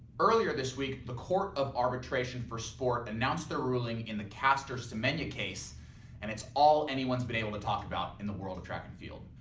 earlier this week the court of arbitration for sport announced their ruling in the caster semenya case and it's all anyone's been able to talk about in the world of track and field.